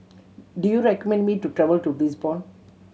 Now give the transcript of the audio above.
do you recommend me to travel to Lisbon